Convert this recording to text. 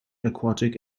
aquatic